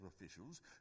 officials